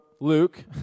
Luke